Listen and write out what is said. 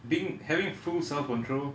being having full self control